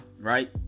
right